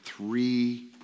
Three